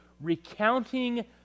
recounting